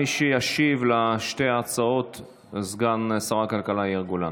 מי שישיב על שתי ההצעות זה סגן שר הכלכלה יאיר גולן.